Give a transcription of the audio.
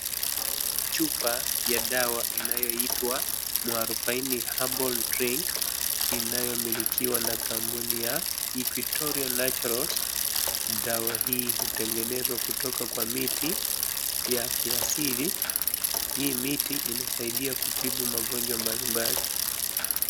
Chupa ya dawa inayoitwa MUARUBAINI HERBAL DRINK inayomilikiwa na kampuni ya Equtorial naturals. Dawa hii hutengenezwa kutoka kwa miti ya kiasili. Hii miti inasaidia kutibu magonjwa mbalimbali.